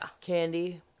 ...candy